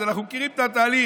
אז אנחנו מכירים את התהליך,